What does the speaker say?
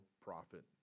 profit